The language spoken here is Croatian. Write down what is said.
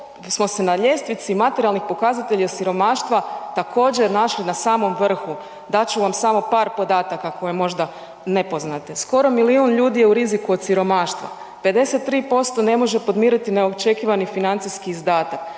smo se na ljestvici materijalnih pokazatelja siromaštva također našli na samom vrhu. Dat ću vam samo par podataka koje možda ne poznate. Skoro milijun ljudi je u riziku od siromaštva, 53% ne može podmiriti neočekivani financijski izdatak,